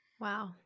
Wow